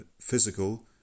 physical